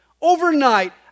Overnight